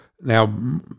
now